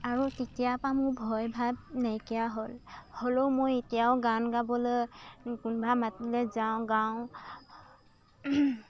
আৰু তেতিয়া পা মোৰ ভয়ভাৱ নাইকিয়া হ'ল হ'লেও মই এতিয়াও গান গাবলৈ কোনোবা মাতিলে যাওঁ গাওঁ